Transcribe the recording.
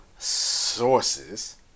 sources